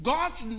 God's